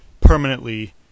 permanently